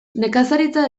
nekazaritza